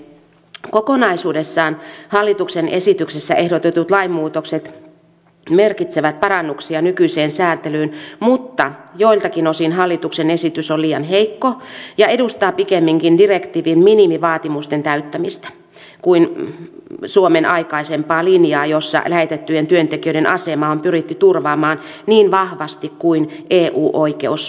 kokonaisuudessaan hallituksen esityksessä ehdotetut lainmuutokset merkitsevät parannuksia nykyiseen sääntelyyn mutta joiltakin osin hallituksen esitys on liian heikko ja edustaa pikemminkin direktiivin minimivaatimusten täyttämistä kuin suomen aikaisempaa linjaa jossa lähetettyjen työntekijöiden asema on pyritty turvaamaan niin vahvasti kuin eu oikeus sallii